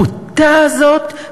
הבוטה הזאת,